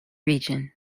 region